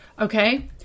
Okay